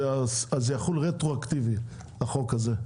זה יחול רטרואקטיבית החוק הזה.